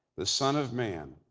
the son of man.